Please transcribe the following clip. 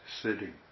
sitting